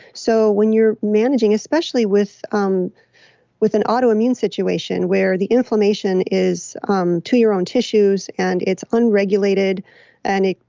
so when you're managing especially with um with an autoimmune situation where the inflammation is um to your own tissues and it's unregulated and it,